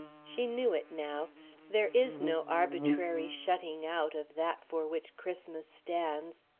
she knew it now there is no arbitrary shutting out of that for which christmas stands.